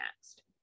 next